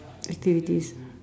activities